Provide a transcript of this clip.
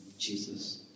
Jesus